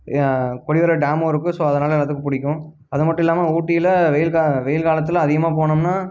கொடிவேரியில் டேமும் இருக்குது ஸோ அதனால எல்லாத்துக்கும் பிடிக்கும் அது மட்டும் இல்லாமல் ஊட்டியில் வெயில் கா வெயில் காலத்தில் அதிகமாக போனோம்னால்